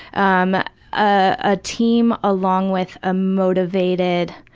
um a team along with a motivated,